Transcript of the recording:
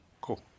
cool